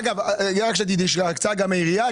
אגב, ההקצאה גם מהעירייה.